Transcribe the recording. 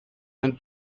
and